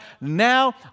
now